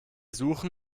suchen